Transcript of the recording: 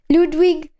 Ludwig